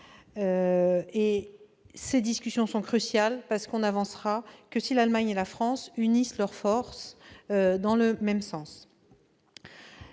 Elles sont cruciales : on n'avancera que si l'Allemagne et la France unissent leurs forces dans le même sens.